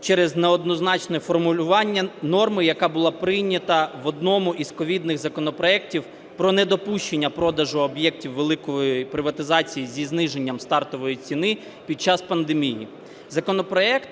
через неоднозначне формулювання норми, яка була прийнята в одному з ковідних законопроектів про недопущення продажу об'єктів великої приватизації зі зниженням стартової ціни під час пандемії. Законопроект